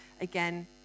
again